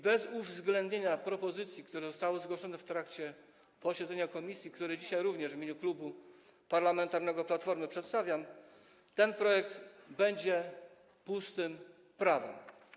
Bez uwzględnienia propozycji, które zostały zgłoszone w trakcie posiedzenia komisji, które dzisiaj również w imieniu Klubu Parlamentarnego Platforma Obywatelska przedstawiam, ten projekt będzie pustym prawem.